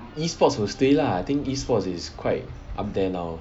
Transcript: e-sports will stay lah I think e-sports is quite up there now